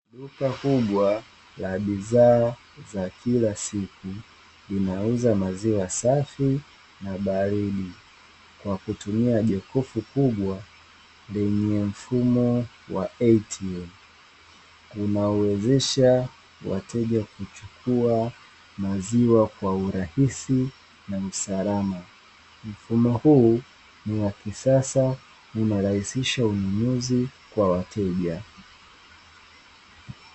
Duka kubwa la bidhaa za kila siku, linauza maziwa safi na baridi kwa kutumia jokofu kubwa lenye mfumo wa "atm". Unaowezesha wateja kuchukua maziwa kwa urahisi na usalama. Mfumo huu ni wa kisasa unarahisisha ununuzi kwa wateja.